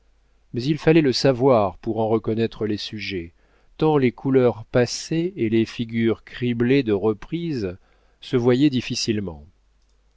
mais il fallait le savoir pour en reconnaître les sujets tant les couleurs passées et les figures criblées de reprises se voyaient difficilement